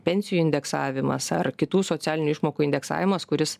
pensijų indeksavimas ar kitų socialinių išmokų indeksavimas kuris